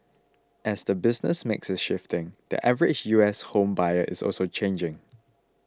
as the business mix is shifting the average U S home buyer is also changing